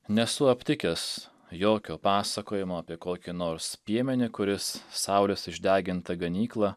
nesu aptikęs jokio pasakojimo apie kokį nors piemenį kuris saulės išdegintą ganyklą